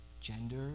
gender